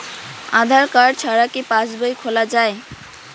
আধার card ছাড়া কি পাসবই খোলা যায়?